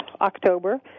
October